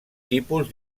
tipus